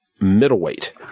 middleweight